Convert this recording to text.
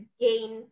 gain